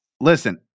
listen